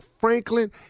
Franklin